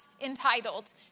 entitled